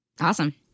awesome